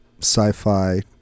sci-fi